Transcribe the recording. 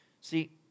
See